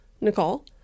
Nicole